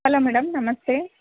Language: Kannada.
ಹಲೋ ಮೇಡಮ್ ನಮಸ್ತೆ